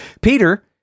Peter